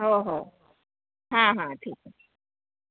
हो हो हां हां ठीक